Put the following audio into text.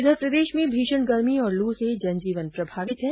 इधर प्रदेश में भीषण गर्मी और लू से जनजीवन प्रभावित हो रहा है